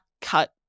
cut